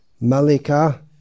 Malika